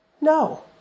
No